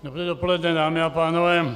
Dobré dopoledne dámy a pánové.